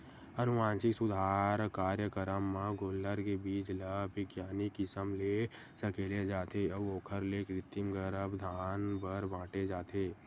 अनुवांसिक सुधार कारयकरम म गोल्लर के बीज ल बिग्यानिक किसम ले सकेले जाथे अउ ओखर ले कृतिम गरभधान बर बांटे जाथे